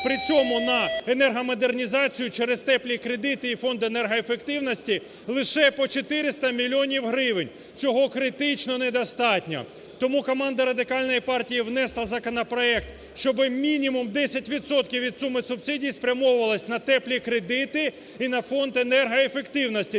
При цьому на енергомодернізацію через теплі кредити і Фонд енергоефективності лише по 400 мільйонів гривень, цього критично недостатньо. Тому команда Радикальної партії внесла законопроект, щоб мінімум 10 відсотків від суми субсидії спрямовувалося на теплі кредити і на Фонд енергоефективності,